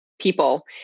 people